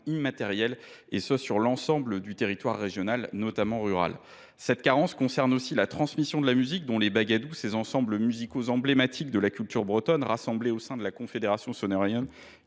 immatériel, et ce sur l’ensemble du territoire régional, notamment rural. Cette carence concerne aussi la transmission de la musique : elle affecte notamment les, ces ensembles musicaux emblématiques de la culture bretonne, rassemblés au sein de la confédération Sonerion,